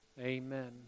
Amen